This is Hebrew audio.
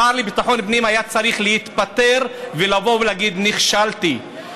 השר לביטחון פנים היה צריך להתפטר ולבוא ולהגיד: נכשלתי,